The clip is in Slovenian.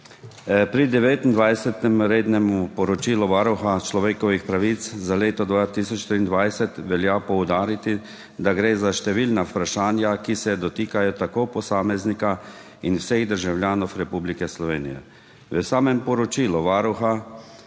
rednem poročilu Varuha človekovih pravic za leto 2023 velja poudariti, da gre za številna vprašanja, ki se dotikajo posameznika in vseh državljanov Republike Slovenije. V samem poročilu Varuha